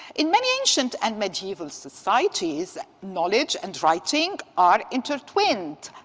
in many ancient and medieval societies, knowledge and writing are intertwined,